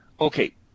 okay